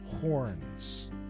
horns